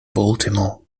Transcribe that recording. baltimore